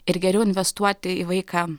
ir geriau investuoti į vaiką